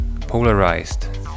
Polarized